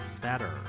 better